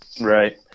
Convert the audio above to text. Right